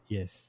Yes